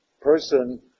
person